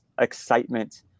excitement